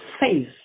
faith